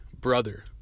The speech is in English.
brother